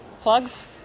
plugs